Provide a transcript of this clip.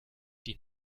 die